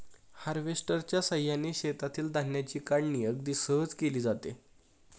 हार्वेस्टरच्या साहाय्याने शेतातील धान्याची काढणी अगदी सहज केली जाते